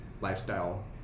lifestyle